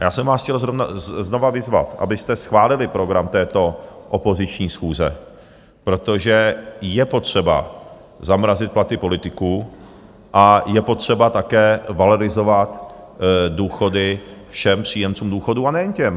Já jsem vás chtěl znova vyzvat, abyste schválili program této opoziční schůze, protože je potřeba zamrazit platy politiků a je potřeba také valorizovat důchody všem příjemcům důchodů, a nejen těm.